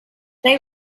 they